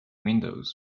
windows